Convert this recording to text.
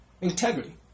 integrity